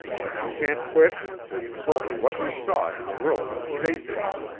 but you shan't quit till you've told me what you saw in the room where the safe is.